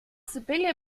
sibylle